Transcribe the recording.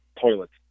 toilets